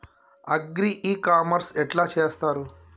Agri e commerce ఎట్ల చేస్తరు?